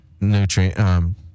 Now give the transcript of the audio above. nutrient